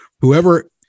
whoever